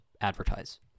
advertise